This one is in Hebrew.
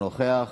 (אומר בערבית: